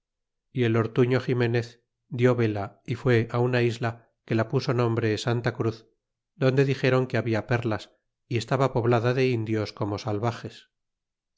y el ortuño ximenez dió vela y fue una isla que la puso nombre santacruz donde dixeron que habla perlas y estaba poblada de indios como salvajes